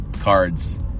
cards